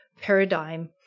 paradigm